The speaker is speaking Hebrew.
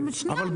אבל שנייה.